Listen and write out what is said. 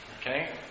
Okay